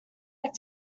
like